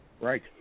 Right